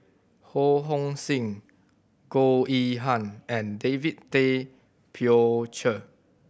Ho Hong Sing Goh Yihan and David Tay Poey Cher